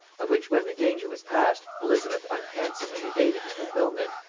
of which when the danger was past elizabeth unhandsomely evaded the fulfilment